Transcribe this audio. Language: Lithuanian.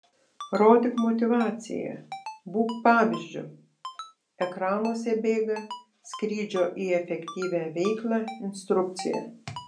rodyk motyvaciją būk pavyzdžiu ekranuose bėga skrydžio į efektyvią veiklą instrukcija